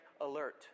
alert